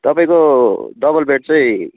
तपाईँको double bed चाहिँ